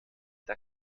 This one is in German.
der